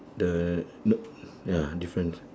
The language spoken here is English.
the ya difference